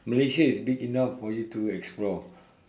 Malaysia is big enough for you to explore